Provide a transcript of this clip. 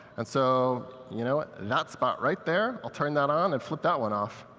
and so you know that spot right there, i'll turn that on, and flip that one off.